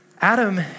Adam